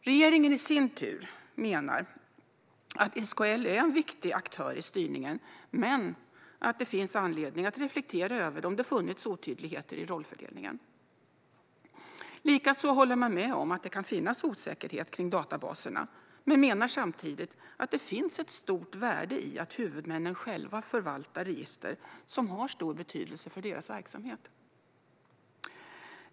Regeringen menar i sin tur att SKL är en viktig aktör i styrningen men att det finns anledning att reflektera över om det funnits otydligheter i rollfördelningen. Likaså håller man med om att det kan finnas osäkerhet kring databaserna men menar samtidigt att det finns ett stort värde i att huvudmännen själva förvaltar register som har stor betydelse för deras verksamhet.